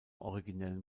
originellen